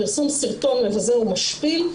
פרסום סרטון מבזה ומשפיל,